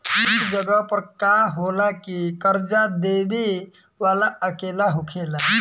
कुछ जगह पर का होला की कर्जा देबे वाला अकेला होखेला